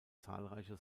zahlreiche